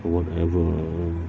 whatever lah